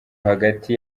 hagati